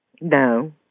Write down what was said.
No